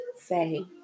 say